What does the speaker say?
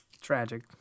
Tragic